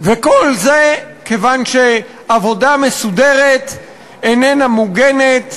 וכל זה כיוון שעבודה מסודרת איננה מוגנת,